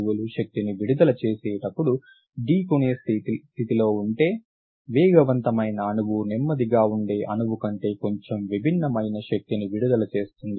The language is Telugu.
అణువులు శక్తిని విడుదల చేసేటప్పుడు ఢీకొనే స్థితిలో ఉంటే వేగవంతమైన అణువు నెమ్మదిగా ఉండే అణువు కంటే కొంచెం భిన్నమైన శక్తిని విడుదల చేస్తుంది